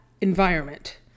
environment